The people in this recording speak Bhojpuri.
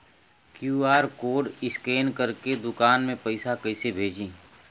क्यू.आर कोड स्कैन करके दुकान में पैसा कइसे भेजी?